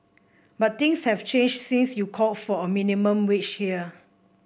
but things have changed since you called for a minimum wage here